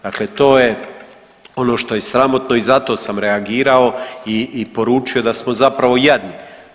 Dakle to je ono što je sramotno i zato sam reagirao i poručio da smo zapravo jadni.